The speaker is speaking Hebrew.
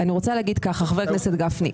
חבר הכנסת גפני,